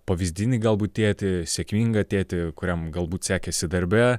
pavyzdinį galbūt tėtį sėkmingą tėtį kuriam galbūt sekėsi darbe